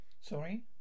Sorry